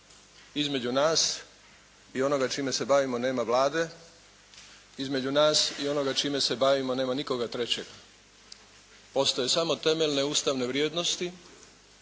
Između nas i onoga čime se bavimo nema Vlade, između nas onoga čime se bavimo nema nikoga trećega. Postoje samo temeljne ustavne vrijednosti,